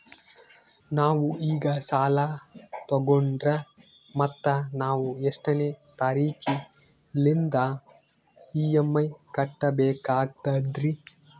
ನಾವು ಈಗ ಸಾಲ ತೊಗೊಂಡ್ರ ಮತ್ತ ನಾವು ಎಷ್ಟನೆ ತಾರೀಖಿಲಿಂದ ಇ.ಎಂ.ಐ ಕಟ್ಬಕಾಗ್ತದ್ರೀ?